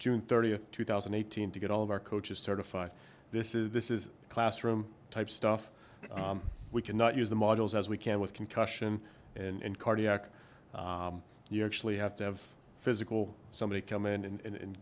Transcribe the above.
june thirtieth two thousand and eighteen to get all of our coaches certified this is this is classroom type stuff we can not use the models as we can with concussion and cardiac you actually have to have physical somebody come in and